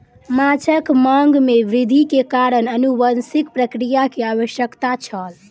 माँछक मांग में वृद्धि के कारण अनुवांशिक प्रक्रिया के आवश्यकता छल